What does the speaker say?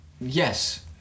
yes